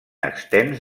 extens